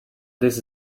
this